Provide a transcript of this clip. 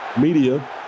media